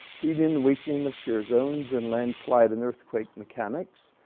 heating and weakening of shear zones in landslide and earthquake mechanics.